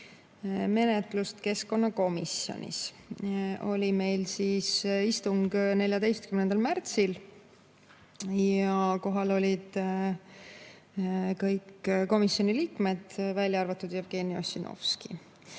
menetlust keskkonnakomisjonis. Meil oli istung 14. märtsil ja kohal olid kõik komisjoni liikmed, välja arvatud Jevgeni Ossinovski.